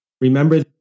Remember